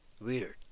weird